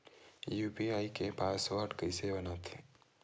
UPI के password कइसे बनाथे?